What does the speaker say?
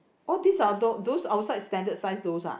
all this are th~ those outside standard size those ah